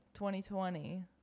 2020